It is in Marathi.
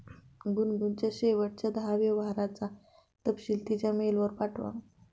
गुनगुनच्या शेवटच्या दहा व्यवहारांचा तपशील तिच्या मेलवर पाठवा